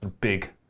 big